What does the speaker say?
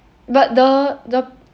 but the the